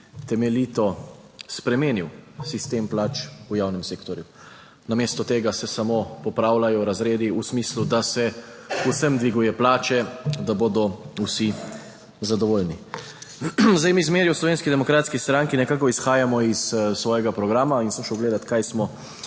temeljito spremenil sistem plač v javnem sektorju. Namesto tega se samo popravljajo razredi v smislu, da se vsem dviguje plače, da bodo vsi zadovoljni. Zdaj mi zmeraj v Slovenski demokratski stranki nekako izhajamo iz svojega programa in sem šel gledat, kaj smo